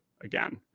again